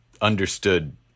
understood